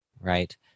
Right